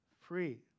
free